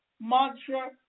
mantra